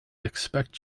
expect